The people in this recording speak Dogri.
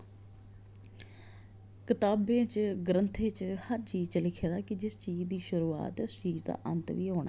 किताबें च ग्रन्थें च हर चीज च लिखे दा कि जिस चीज दी शुरूआत उस शरीर दा अंत बी होना